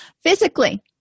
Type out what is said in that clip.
Physically